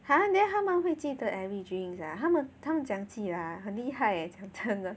!huh! then 他们会记得 every drinks ah 他们他们这样记的 ah 很厉害 eh 真的